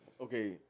okay